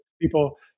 people